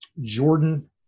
Jordan